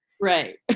Right